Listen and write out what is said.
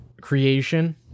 creation